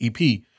EP